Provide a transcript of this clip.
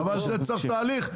אבל זה צריך תהליך,